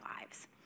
lives